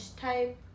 type